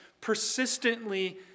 persistently